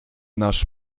nasz